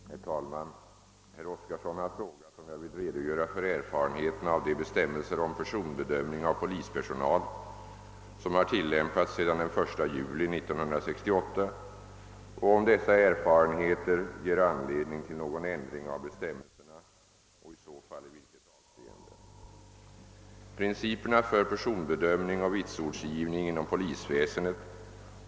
Herr talman! Herr Oskarson har frågat, om jag vill redogöra för erfarenheterna av de bestämmelser om personbedömning av polispersonal, som har tillämpats sedan den 1 juli 1968, och om dessa erfarenheter ger anledning till någon ändring av bestämmelserna och i så fall i vilket avseende.